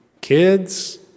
Kids